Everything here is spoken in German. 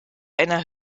einer